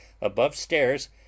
above-stairs